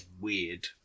weird